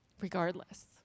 regardless